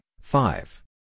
five